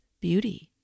beauty